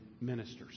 minister's